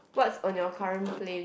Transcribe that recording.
what's on your current play